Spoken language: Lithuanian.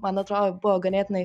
man atrodo buvo ganėtinai